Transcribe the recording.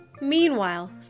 Meanwhile